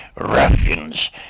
ruffians